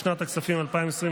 לשנת הכספים 2023,